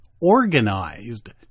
organized